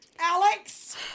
Alex